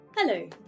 Hello